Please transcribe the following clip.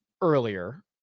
earlier